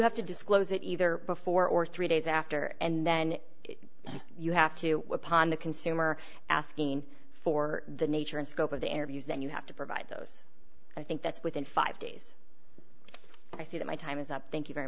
have to disclose it either before or three days after and then you have to upon the consumer asking for the nature and scope of the interviews then you have to provide those i think that's within five days i see that my time is up thank you very